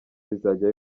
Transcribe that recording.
bizajya